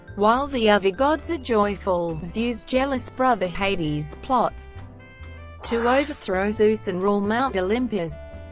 while the other gods are joyful, zeus' jealous brother hades plots to overthrow zeus and rule mount olympus.